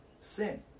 sin